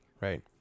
right